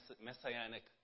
Messianic